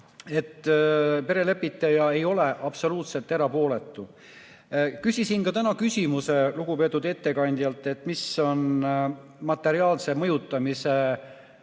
Perelepitaja ei ole absoluutselt erapooletu. Küsisin ka täna küsimuse lugupeetud ettekandjalt, mis on materiaalse mõjutamise